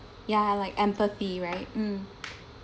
ya like empathy right mm